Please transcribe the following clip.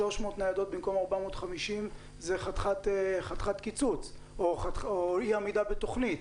300 ניידות במקום 450 זה חתיכת קיצוץ או אי עמידה בתוכנית,